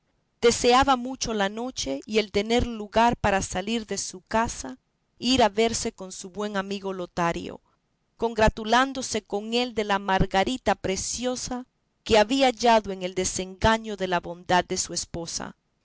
deseaba mucho la noche y el tener lugar para salir de su casa y ir a verse con su buen amigo lotario congratulándose con él de la margarita preciosa que había hallado en el desengaño de la bondad de su esposa